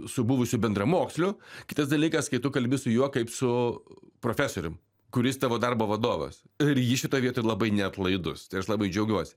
su buvusiu bendramoksliu kitas dalykas kai tu kalbi su juo kaip su profesorium kuris tavo darbo vadovas ir jis šitoj vietoj labai neatlaidus tai aš labai džiaugiuosi